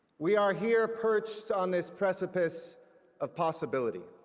we are here, perched on this precipice of possibility.